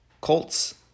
Colts